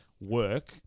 work